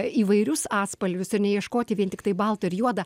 įvairius atspalvius ir neieškoti vien tiktai baltą ir juodą